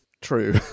true